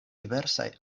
diversaj